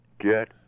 get